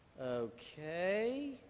Okay